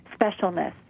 specialness